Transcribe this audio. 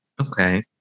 Okay